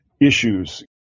issues